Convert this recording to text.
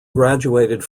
graduated